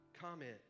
comment